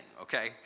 okay